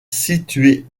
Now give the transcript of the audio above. située